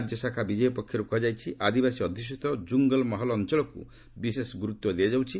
ରାଜ୍ୟ ଶାଖା ବିଜେପି ପକ୍ଷରୃ କୁହାଯାଇଛି ଆଦିବାସୀ ଅଧୁଷିତ କ୍ରୁଙ୍ଗଲ ମହଲ ଅଞ୍ଚଳକୁ ବିଶେଷ ଗୁରୁତ୍ୱ ଦିଆଯାଉଛି